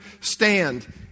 stand